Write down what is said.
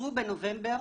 אושרו בנובמבר